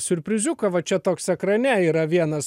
siurpriziuką va čia toks ekrane yra vienas